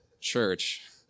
church